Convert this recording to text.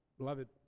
beloved